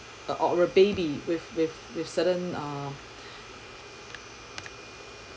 or or a baby with with with certain uh